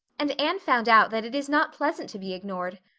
and anne found out that it is not pleasant to be ignored.